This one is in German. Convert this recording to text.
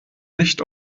nicht